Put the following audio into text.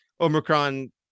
Omicron